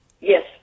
Yes